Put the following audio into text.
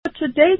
Today